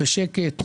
בשקט,